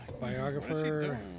Biographer